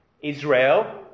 Israel